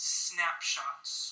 snapshots